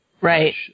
Right